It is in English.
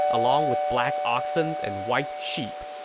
along with black oxens and white sheep.